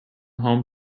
home